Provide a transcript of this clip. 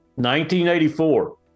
1984